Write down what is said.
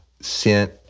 sent